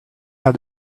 how